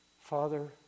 Father